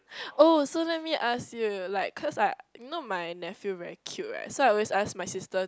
oh so let me ask you like cause I you know my nephew very cute right so I always ask my sister